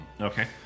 Okay